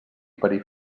parir